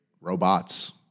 robots